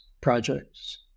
projects